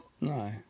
no